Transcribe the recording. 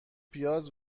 پیاز